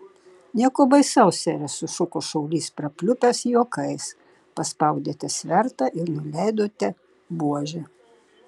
nieko baisaus sere sušuko šaulys prapliupęs juokais paspaudėte svertą ir nuleidote buožę